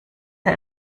der